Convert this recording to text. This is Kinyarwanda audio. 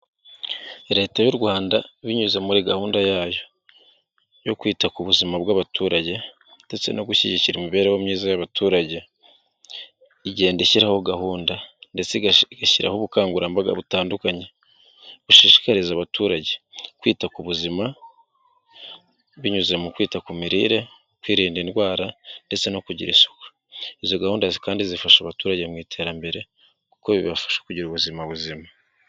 Leta y'u Rwanda binyuze muri gahunda yayo yo kwita ku buzima bw'abaturage ndetse no gushyigikira imibereho myiza y'abaturage, igenda ishyiraho gahunda , ubukangurambaga butandukanye bushishikariza abaturage kwita ku buzima binyuze mu kwita ku mirire, kwirinda indwara ndetse no kugira isuku. Izo gahunda kandi zifasha abaturage mu iterambere kuko bibafasha kugira ubuzima buzima.